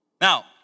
Now